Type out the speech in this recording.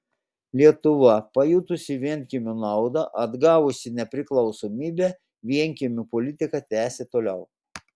lietuva pajutusi vienkiemių naudą atgavusi nepriklausomybę vienkiemių politiką tęsė toliau